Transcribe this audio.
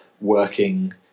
working